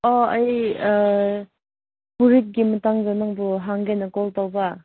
ꯑꯣ ꯑꯩ ꯐꯨꯔꯤꯠꯀꯤ ꯃꯇꯥꯡꯗ ꯅꯪꯕꯨ ꯍꯪꯒꯦꯅ ꯀꯣꯜ ꯇꯧꯕ